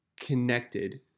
connected